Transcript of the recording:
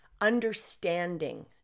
Understanding